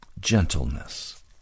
Gentleness